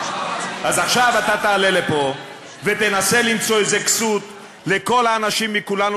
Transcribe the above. אז עכשיו אתה תעלה לפה ותנסה למצוא איזה כסות לכל האנשים מכולנו.